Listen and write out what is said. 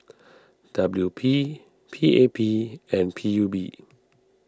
W P P A P and P U B